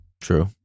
true